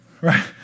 right